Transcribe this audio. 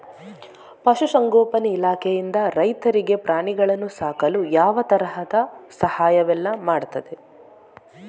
ಪಶುಸಂಗೋಪನೆ ಇಲಾಖೆಯಿಂದ ರೈತರಿಗೆ ಪ್ರಾಣಿಗಳನ್ನು ಸಾಕಲು ಯಾವ ತರದ ಸಹಾಯವೆಲ್ಲ ಮಾಡ್ತದೆ?